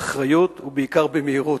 באחריות ובעיקר במהירות,